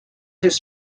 his